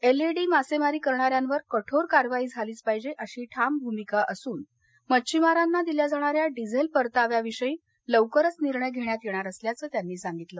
LED मासेमारी करणाऱ्यावर कठोर कारवाई झालीच पाहिजे अशी ठाम भूमिका असून मध्छिमाराना दिल्या जाणाऱ्या डिझेल परताव्या विषयी लवकरच निर्णय घेण्यात येणार असल्याचं त्यांनी सांगितलं